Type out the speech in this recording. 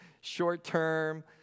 short-term